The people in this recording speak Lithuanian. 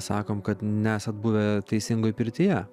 sakom kad nesat buvę teisingoj pirtyje